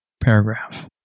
paragraph